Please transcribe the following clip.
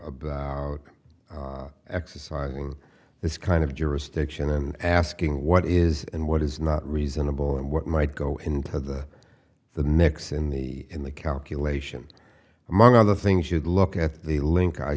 about exercising this kind of jurisdiction and asking what is and what is not reasonable and what might go into the the next in the in the calculation among other things you'd look at the link i